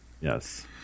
Yes